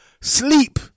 sleep